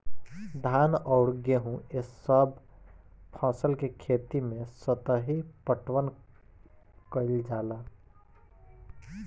धान अउर गेंहू ए सभ फसल के खेती मे सतही पटवनी कइल जाला